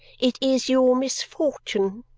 it is your misfortune!